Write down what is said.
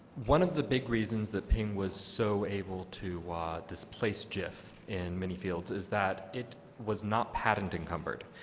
one of the big reasons that png was so able to displace gif in many fields is that it was not patent-encumbered.